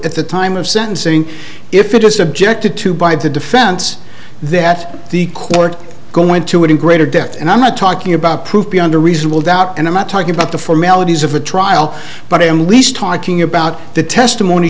at the time of sentencing if it was subjected to by the defense that the court go into it in greater depth and i'm not talking about proof beyond a reasonable doubt and i'm not talking about the formalities of a trial but i am least talking about the testimony